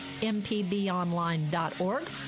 mpbonline.org